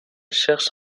cherche